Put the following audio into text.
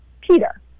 Peter